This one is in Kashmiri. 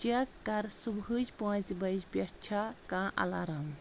چیک کر صبحٕچۍ پانٛژِ بجہِ ٮٮ۪ٹھ چھا کانٛہہ الارام